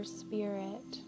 spirit